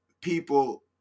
people